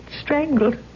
strangled